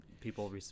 people